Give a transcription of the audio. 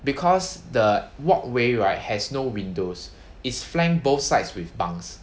because the walkway right has no windows is flank both sides with bunks